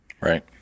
Right